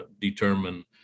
determine